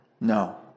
No